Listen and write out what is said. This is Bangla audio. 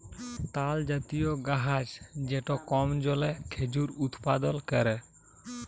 তালজাতীয় গাহাচ যেট কম জলে খেজুর উৎপাদল ক্যরে